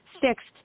fixed